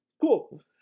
Cool